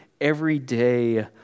everyday